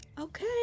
Okay